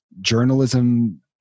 journalism